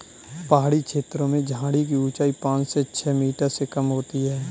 पहाड़ी छेत्रों में झाड़ी की ऊंचाई पांच से छ मीटर से कम होती है